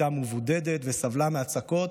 שהייתה מבודדת וסבלה מהצקות